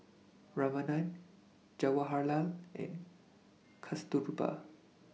Ramanand Jawaharlal and Kasturba